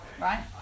Right